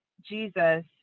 Jesus